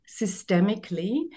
systemically